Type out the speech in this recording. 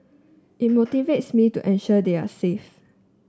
it motivates me to ensure they are safe